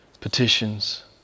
Petitions